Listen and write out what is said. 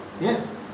Yes